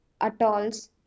atolls